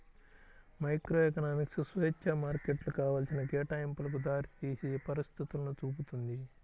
microeconomics స్వేచ్ఛా మార్కెట్లు కావాల్సిన కేటాయింపులకు దారితీసే పరిస్థితులను చూపుతుంది